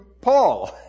Paul